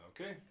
Okay